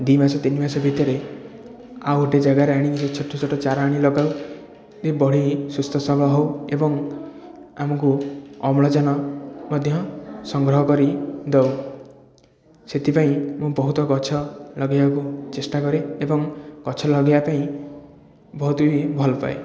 ଦୁଇ ମାସ ତିନି ମାସ ଭିତରେ ଆଉ ଗୋଟେ ଜାଗାରେ ଆଣିକି ଛୋଟ ଛୋଟ ଚାରା ଆଣିକି ଲଗାଉ ଟିକେ ବଢ଼ି ସୁସ୍ଥ ସବଳ ହେଉ ଏବଂ ଆମକୁ ଅମ୍ଳଜାନ ମଧ୍ୟ ସଂଗ୍ରହ କରି ଦେଉ ସେଥିପାଇଁ ମୁଁ ବହୁତ ଗଛ ଲଗେଇବାକୁ ଚେଷ୍ଟା କରେ ଏବଂ ଗଛ ଲଗେଇବା ପାଇଁ ବହୁତ ବି ଭଲ ପାଏ